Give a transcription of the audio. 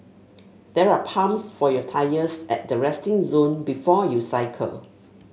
there are pumps for your tyres at the resting zone before you cycle